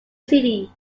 city